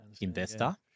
investor